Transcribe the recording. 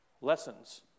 lessons